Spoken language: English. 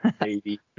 baby